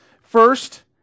First